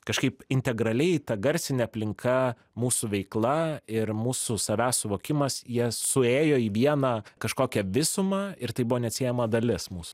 kažkaip integraliai ta garsinė aplinka mūsų veikla ir mūsų savęs suvokimas jie suėjo į vieną kažkokią visumą ir tai buvo neatsiejama dalis mūsų